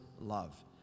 love